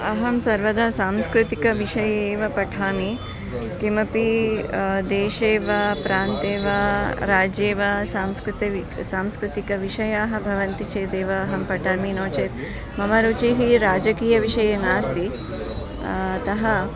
अहं सर्वदा सांस्कृतिकविषये एव पठामि किमपि देशे वा प्रान्ते वा राज्ये वा सांस्कृतं सांस्कृतिकविषयाः भवन्ति चेदेव अहं पठामि नो चेत् मम रुचिः राजकीयविषये नास्ति अतः